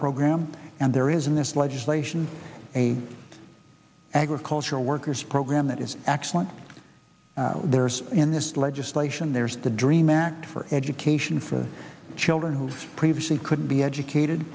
program and there is in this legislation a agricultural workers program that is excellent there's in this legislation there's the dream act for education for the children who previously couldn't be educated